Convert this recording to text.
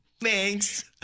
thanks